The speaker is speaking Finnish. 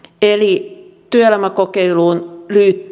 eli työelämäkokeiluun